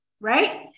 right